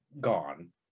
gone